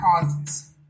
causes